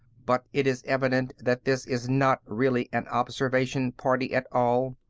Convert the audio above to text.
but it is evident that this is not really an observation party at all.